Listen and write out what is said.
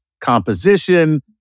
composition